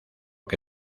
que